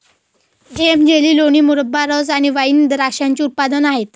जेम, jelly, लोणी, मुरब्बा, रस आणि वाइन हे द्राक्षाचे उत्पादने आहेत